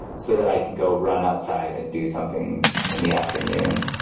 so that i can go run outside and do something in the afternoon.